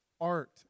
art